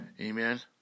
Amen